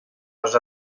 les